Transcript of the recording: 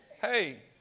Hey